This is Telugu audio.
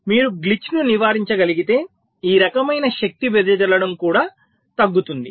మీరు గ్లిచ్ను నివారించగలిగితే ఈ రకమైన శక్తి వెదజల్లడం కూడా తగ్గుతుంది